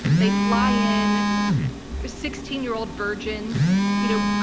they fly in sixteen year old virgins, you know,